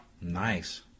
Nice